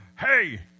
Hey